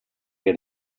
que